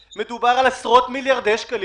פה מדובר על סיוע ישיר של עשרות מיליארדי שקלים.